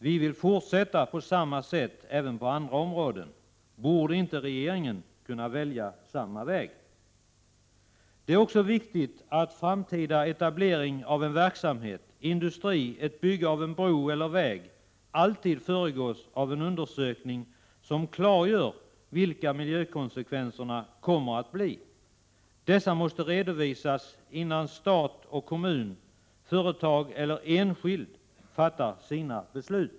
Vi vill fortsätta på samma sätt även på andra områden. Borde inte regeringen kunna välja samma väg? Det är också viktigt att framtida etablering av verksamhet, industri, ett bygge av en bro eller väg, alltid föregås av en undersökning, som klargör vilka miljökonsekvenserna kommer att bli. Dessa måste redovisas innan stat, kommun, företag eller enskild fattar sina beslut.